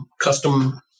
custom